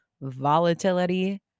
Volatility